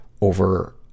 over